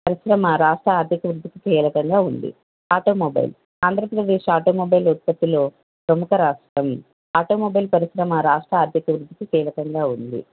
పరిశ్రమ రాష్ట్ర ఆర్ధిక అభివృద్ధికి కీలకంగా ఉంది ఆటోమొబైల్ ఆంధ్రప్రదేశ్ ఆటోమొబైల్ ఉత్పత్తిలో ప్రముఖ రాష్ట్రం ఆటోమొబైల్ పరిశ్రమ రాష్ట్ర ఆర్ధిక అభివృద్ధికి కీలకంగా ఉంది